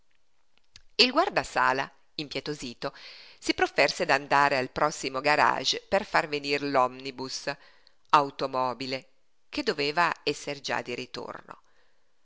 all'albergo il guardasala impietosito si profferse d'andare al prossimo garage per far venire l'omnibus automobile che doveva esser già di ritorno